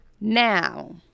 Now